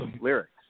lyrics